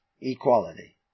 equality